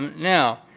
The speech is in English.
now,